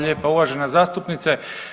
lijepa uvažena zastupnice.